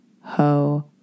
ho